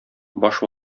баш